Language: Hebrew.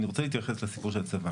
ניתן לנציג.